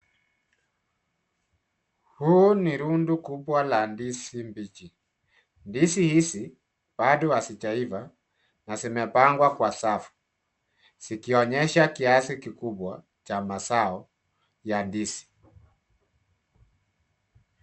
Huu ni rundo kubwa la ndizi mbichi. Ndizi hizi bado hazijaiva na zimepangwa kwa safu kikionyesha kiasi kikubwa cha mazao ya ndizi.